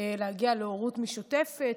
להגיע להורות משותפת,